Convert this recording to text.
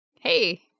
Hey